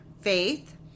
faith